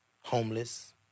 homeless